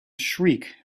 shriek